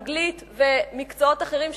אנגלית ומקצועות אחרים,